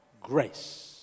grace